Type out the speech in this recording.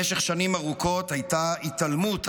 במשך שנים ארוכות הייתה התעלמות,